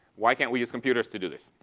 why can't we use computers to do this?